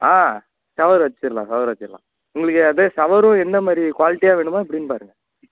ஆ shower வச்சிடலாம் shower வச்சிடலாம் உங்களுக்கு வந்து ஷவரும் எந்த மாதிரி குவாலிட்டியாக வேணுமா எப்டின்னு பாருங்க